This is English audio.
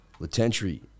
Latentry